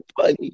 funny